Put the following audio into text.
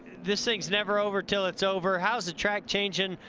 this thing is never over until it's over, how is the track changing,